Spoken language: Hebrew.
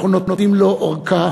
אנחנו נותנים לו ארכה